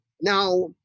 Now